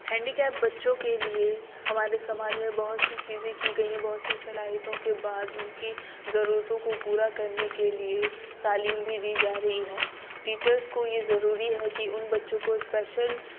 handy cap بچوں کے لیے ہمارے سماج میں بہت سی چیزیں کی گئی ہیں بہت سی صلاحیتوں کے بعد ان کی ضرورتوں کو پورا کرنے کے لیے تعلیم بھی دی جا رہی ہے ٹیچرس کو یہ ضروری ہے کہ ان بچوں کو اسپیشل